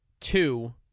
two